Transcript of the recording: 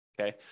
Okay